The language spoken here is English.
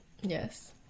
Yes